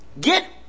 Get